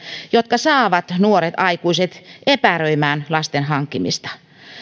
jotka saavat nuoret aikuiset epäröimään lasten hankkimista